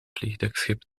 vliegdekschip